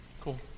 Cool